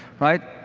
right?